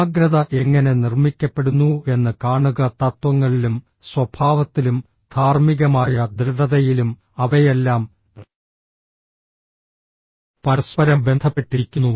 സമഗ്രത എങ്ങനെ നിർമ്മിക്കപ്പെടുന്നുവെന്ന് കാണുക തത്വങ്ങളിലും സ്വഭാവത്തിലും ധാർമ്മികമായ ദൃഢതയിലും അവയെല്ലാം പരസ്പരം ബന്ധപ്പെട്ടിരിക്കുന്നു